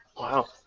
Wow